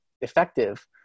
effective